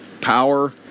Power